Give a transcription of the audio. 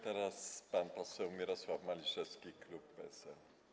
Teraz pan poseł Mirosław Maliszewski, klub PSL.